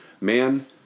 man